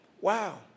Wow